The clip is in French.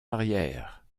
arrière